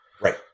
Right